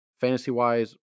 Fantasy-wise